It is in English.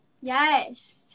Yes